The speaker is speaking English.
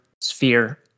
sphere